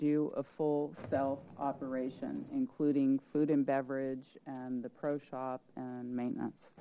do a full self operation including food and beverage and the pro shop and maintenance